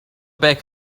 back